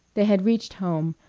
they had reached home,